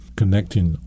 connecting